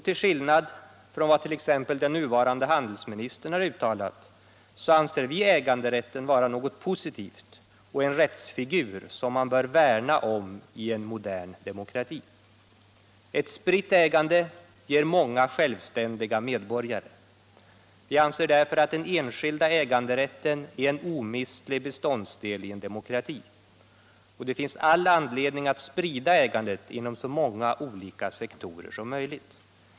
Till skillnad från vad t.ex. den nuvarande handelsministern har uttalat, anser vi äganderätten vara något positivt och en rättsfigur som man bör värna om i en modern demokrati. Ett spritt ägande ger många självständiga medborgare. Vi anser därför att den enskilda äganderätten är en omistlig beståndsdel i en demokrati. Det finns all anledning att sprida ägandet inom så många olika sektorer som möjligt.